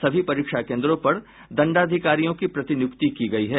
सभी परीक्षा केन्द्रों पर दंडाधिकारियों की प्रतिनियुक्ति की गयी है